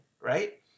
right